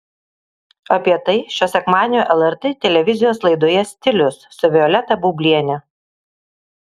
apie tai šio sekmadienio lrt televizijos laidoje stilius su violeta baubliene